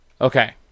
Okay